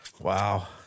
Wow